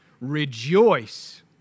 rejoice